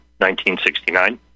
1969